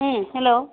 hello